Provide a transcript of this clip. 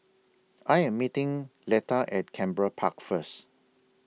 I Am meeting Letta At Canberra Park First